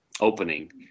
opening